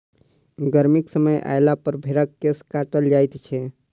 गर्मीक समय अयलापर भेंड़क केश काटल जाइत छै